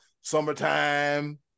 summertime